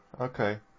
Okay